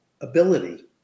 ability